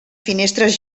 finestres